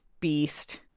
beast